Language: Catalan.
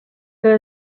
que